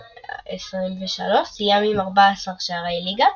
2022/2023 סיים עם 14 שערי ליגה,